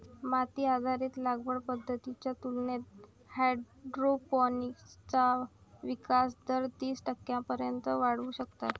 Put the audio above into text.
माती आधारित लागवड पद्धतींच्या तुलनेत हायड्रोपोनिक्सचा विकास दर तीस टक्क्यांपर्यंत वाढवू शकतात